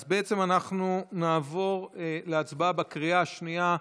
אז בעצם אנחנו נעבור להצבעה בקריאה השנייה,